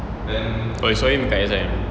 oh you saw him dekat S_I_M